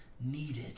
needed